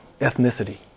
ethnicity